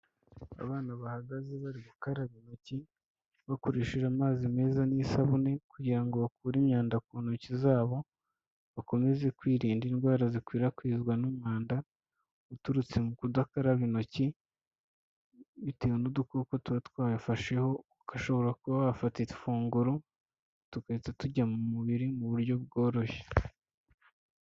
Abana bahagaze bari gukaraba intoki bakoresheje amazi meza n'isabune kugira ngo bakure imyanda ku ntoki zabo, bakomeze kwirinda indwara zikwirakwizwa n'umwanda uturutse mu kudakaraba intoki bitewe n'udukoko tuba twafasheho, ugashobora kuba wafatata ifunguro tugahita tujya mu mubiri mu buryo bworoshye.